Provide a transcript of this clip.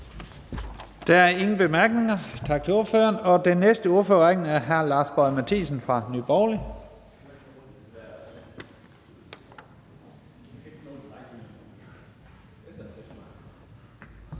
Der er ingen korte bemærkninger. Tak til ordføreren. Den næste i ordførerrækken er hr. Lars Boje Mathiesen fra Nye